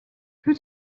who